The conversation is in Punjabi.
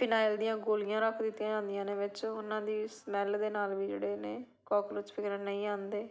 ਫਿਨਾਇਲ ਦੀਆਂ ਗੋਲੀਆਂ ਰੱਖ ਦਿੱਤੀਆਂ ਜਾਂਦੀਆਂ ਨੇ ਵਿੱਚ ਉਹਨਾਂ ਦੀ ਸਮੈਲ ਦੇ ਨਾਲ ਵੀ ਜਿਹੜੇ ਨੇ ਕੋਕਰੋਚ ਵਗੈਰਾ ਨਹੀਂ ਆਉਂਦੇ